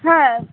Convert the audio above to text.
হ্যাঁ